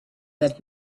that